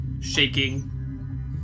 shaking